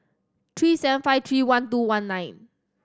three seven five three one two one nine